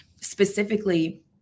specifically